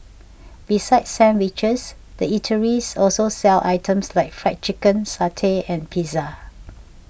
besides sandwiches the eateries also sell items like Fried Chicken satay and pizza